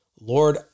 Lord